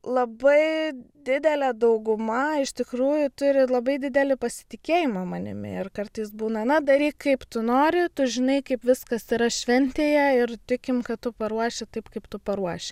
labai didelė dauguma iš tikrųjų turi labai didelį pasitikėjimą manimi ir kartais būna na daryk kaip tu nori tu žinai kaip viskas yra šventėje ir tikim kad tu paruoši taip kaip tu paruoši